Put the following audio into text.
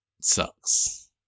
sucks